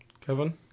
Kevin